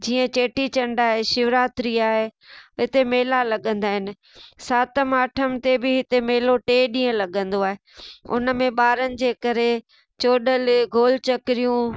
जीअं चेटीचंड आहे शिवरात्रि आहे इते मेला लॻंदा आहिनि सातम आठम ते बि हिते मेलो टे ॾींहं लॻंदो आहे उन में ॿारनि जे करे चोडल गोल चकरियूं